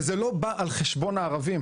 וזה לא בא על חשבון הערבים.